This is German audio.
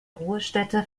ruhestätte